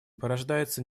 порождается